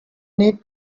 need